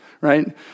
right